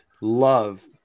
love